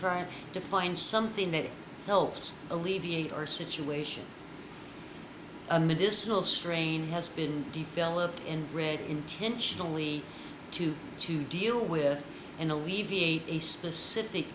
trying to find something that helps alleviate our situation and medicinal strain has been developed in red intentionally to to deal with and alleviate a specific